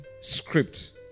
script